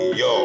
yo